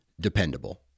dependable